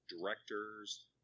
directors